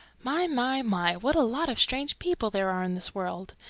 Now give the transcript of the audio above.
my, my, my, what a lot of strange people there are in this world!